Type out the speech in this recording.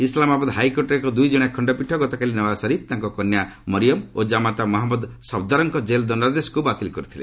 ଇସଲାମାବାଦ ହାଇକୋର୍ଟର ଏକ ଦୁଇଜଣିଆ ଖଣ୍ଡପୀଠ ଗତକାଲି ନୱାଜ ସରିଫ ତାଙ୍କ କନ୍ୟା ମରିୟମ ଓ ଜାମାତା ମହମ୍ମଦ ସଫଦରଙ୍କ ଜେଲ୍ ଦଣ୍ଡାଦେଶକୁ ବାତିଲ କରିଥିଲେ